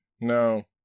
no